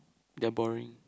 they are boring